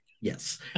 Yes